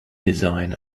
design